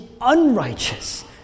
unrighteous